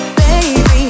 baby